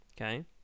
Okay